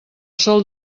sol